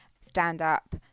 stand-up